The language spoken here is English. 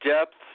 depth